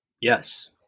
Yes